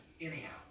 Anyhow